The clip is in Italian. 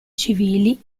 civili